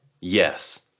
yes